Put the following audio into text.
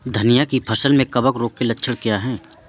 धनिया की फसल में कवक रोग के लक्षण क्या है?